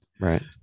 Right